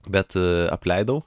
bet apleidau